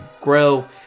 grow